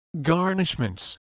garnishments